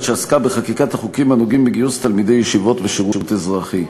שעסקה בחקיקת החוקים הנוגעים בגיוס תלמידי ישיבות ושירות אזרחי.